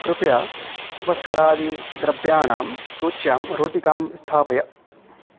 कृपया उपस्करादिद्रव्याणां सूच्यां रोटिकां स्थापय